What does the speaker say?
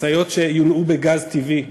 משאיות שיונעו בגז טבעי.